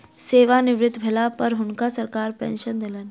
सेवानिवृत भेला पर हुनका सरकार पेंशन देलकैन